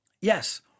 Yes